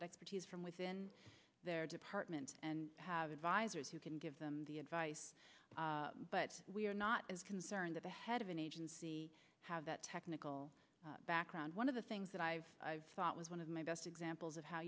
that expertise from within their departments and have advisors who can give them the advice but we are not as concerned that the head of an agency have that technical background one of the things that i've i thought it was one of my best examples of how